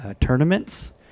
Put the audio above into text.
tournaments